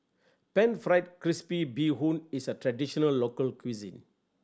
Pan Fried Crispy Bee Hoon is a traditional local cuisine